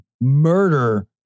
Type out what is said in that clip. murder